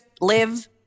live